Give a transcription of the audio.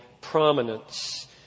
prominence